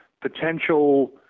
potential